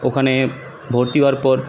ওখানে ভর্তি হওয়ার পর